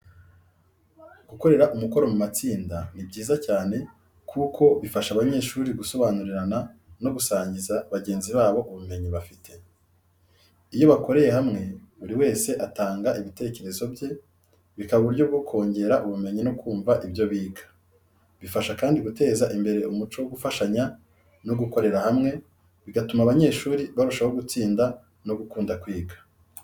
Gukorera umukoro mu matsinda ni byiza cyane kuko bifasha abanyeshuri gusobanurirana no gusangiza bagenzi babo ubumenyi bafite. Iyo bakoreye hamwe, buri wese atanga ibitekerezo bye, bikaba uburyo bwo kongera ubumenyi no kumva ibyo biga. Bifasha kandi guteza imbere umuco wo gufashanya no gukorera hamwe, bigatuma abanyeshuri barushaho gutsinda no gukunda kwiga.